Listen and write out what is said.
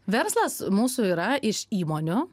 verslas mūsų yra iš įmonių